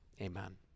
Amen